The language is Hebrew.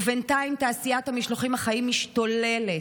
ובינתיים תעשיית המשלוחים החיים משתוללת.